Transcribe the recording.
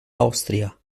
austria